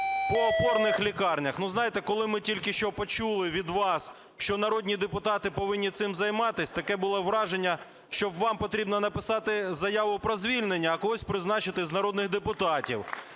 По опорних лікарнях. Знаєте, коли ми тільки що почули від вас, що народні депутати повинні цим займатись, таке було враження, що вам потрібно написати заяву про звільнення, а когось призначити з народних депутатів.